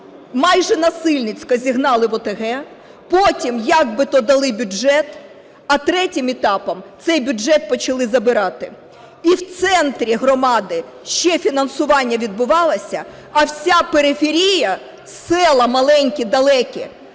Майже насильницьки зігнали в ОТГ. Потім як би то дали бюджет. А третім етапом – цей бюджет почали забирати. І в центрі громади ще фінансування відбувалось, а вся периферія, села маленькі, далекі,